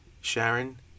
Sharon